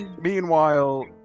Meanwhile